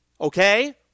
okay